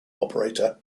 operator